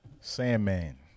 Sandman